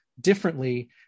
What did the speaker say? differently